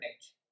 age